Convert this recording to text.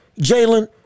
Jalen